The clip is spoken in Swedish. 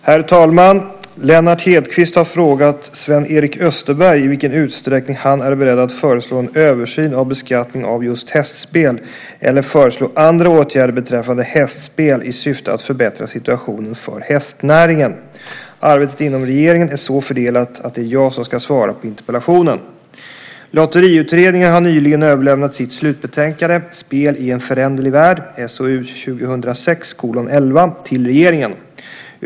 Herr talman! Lennart Hedquist har frågat Sven-Erik Österberg i vilken utsträckning han är beredd att föreslå en översyn av beskattningen av just hästspel, eller föreslå andra åtgärder beträffande hästspel, i syfte att förbättra situationen för hästnäringen. Arbetet inom regeringen är så fördelat att det är jag som ska svara på interpellationen. Lotteriutredningen har nyligen överlämnat sitt slutbetänkande Spel i en föränderlig värld , SOU 2006:11, till regeringen.